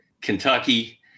Kentucky